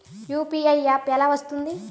UPI app ఎలా వస్తుంది?